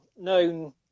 known